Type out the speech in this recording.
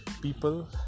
people